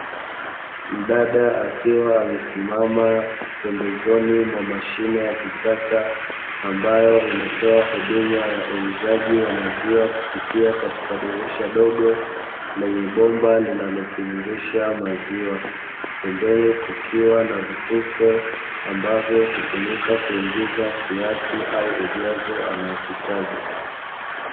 Mdada akiwa amesimama pembezoni mwa mashine ya kisasa ambayo inatoa huduma ya uuzaji wa maziwa kupita katika dirisha dogo lenye bomba linalotiririsha maziwa. Pembeni kukiwa na vitufe ambavyo hutumika kuingiza kiasi au ujazo anaohitaji.